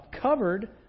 covered